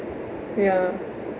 ya